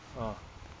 ah